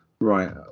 right